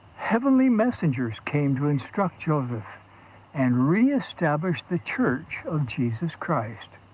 heavenly messengers came to instruct joseph and re-establish the church of jesus christ.